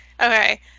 Okay